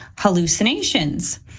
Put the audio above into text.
hallucinations